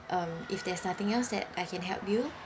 um if there's nothing else that I can help you